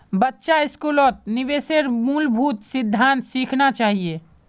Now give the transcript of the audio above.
बच्चा स्कूलत निवेशेर मूलभूत सिद्धांत सिखाना चाहिए